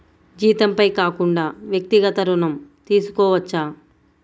జీతంపై కాకుండా వ్యక్తిగత ఋణం తీసుకోవచ్చా?